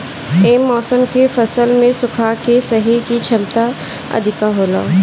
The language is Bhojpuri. ये मौसम के फसल में सुखा के सहे के क्षमता अधिका होला